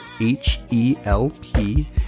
H-E-L-P